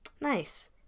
nice